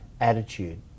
attitude